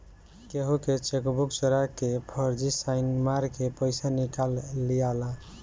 केहू के चेकबुक चोरा के फर्जी साइन मार के पईसा निकाल लियाला